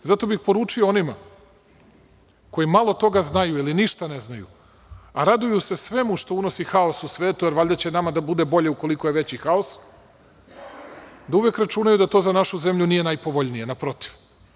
Zato bih poručio onima koji malo toga znaju ili ništa ne znaju, a raduju se svemu što unosi haos u svetu, jer valjda će nama da bude bolje ukoliko je veći haos, da uvek računaju da to za našu zemlju nije najpovoljnije, naprotiv.